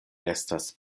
estas